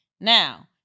Now